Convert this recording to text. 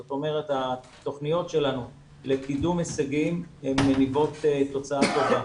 זאת אומרת התוכניות שלנו לקידום הישגים מניבות תוצאה טובה.